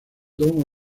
don